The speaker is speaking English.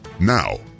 Now